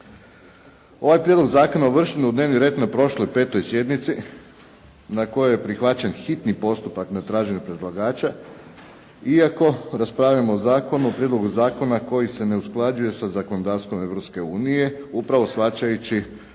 Ovaj prijedlog zakona uvršten je u dnevni red na prošlo petoj sjednici, na kojoj je prihvaćen hitni postupak na traženje predlagača, iako raspravljamo o zakonu o prijedlogu zakona koji se ne usklađuje sa zakonodavstvom Europske